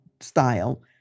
style